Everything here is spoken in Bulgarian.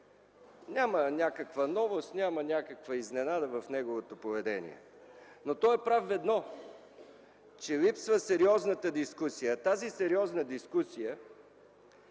Няма някаква новост, няма някаква изненада в неговото поведение, но той е прав в едно – че липсва сериозната дискусия. А тази сериозна дискусия